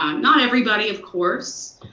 um not everybody, of course.